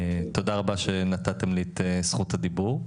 תודה רבה שנתתם לי את זכות הדיבור.